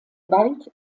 bald